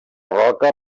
roca